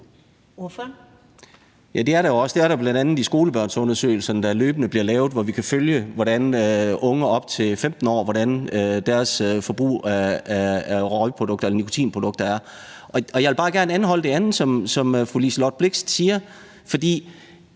Det er der bl.a. i skolebørnsundersøgelserne, der løbende bliver lavet, og hvor vi kan følge, hvordan unge på op til 15 års forbrug af røgprodukter og nikotinprodukter er. Jeg vil bare gerne anholde det andet, som fru Liselott Blixt siger,